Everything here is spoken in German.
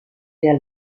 der